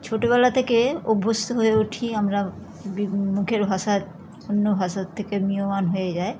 ছোটোবেলা থেকে অভ্যস্ত হয়ে উঠি আমরা বিভ মুখের ভাষা অন্য ভাষার থেকে ম্রিয়মাণ হয়ে যায়